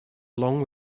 along